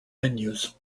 venues